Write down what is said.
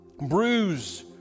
bruised